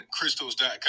crystals.com